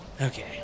Okay